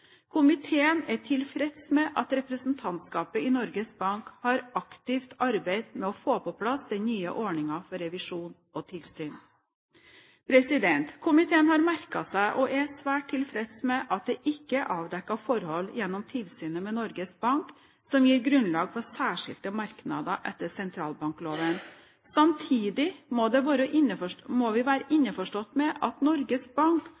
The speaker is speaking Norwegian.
Komiteen er tilfreds med at representantskapet i Norges Bank har arbeidet aktivt med å få på plass den nye ordningen for revisjon og tilsyn. Komiteen har merket seg – og er svært tilfreds med – at det ikke er avdekket forhold gjennom tilsynet med Norges Bank som gir grunnlag for særskilte merknader etter sentralbankloven. Samtidig må vi være innforstått med at Norges Bank,